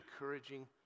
encouraging